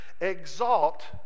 Exalt